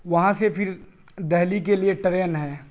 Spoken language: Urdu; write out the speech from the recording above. وہاں سے پھر دہلی کے لیے ٹرین ہے